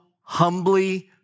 humbly